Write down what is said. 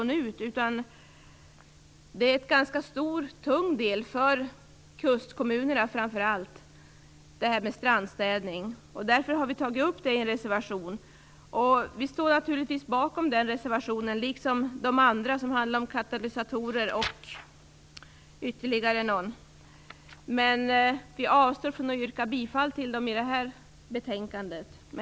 Strandstädningen är en ganska stor och tung uppgift, framför allt för kustkommunerna, och därför har vi tagit upp den i en reservation. Vi står naturligtvis bakom den reservationen liksom de andra som handlar om katalysatorer m.m. men vi avstår från att yrka bifall till dem i behandlingen av det här betänkandet.